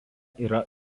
yra